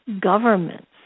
governments